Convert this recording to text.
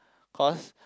cause